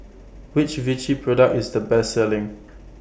Which Vichy Product IS The Best Selling